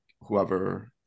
whoever